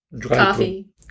Coffee